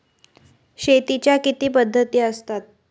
शेतीच्या किती पद्धती असतात?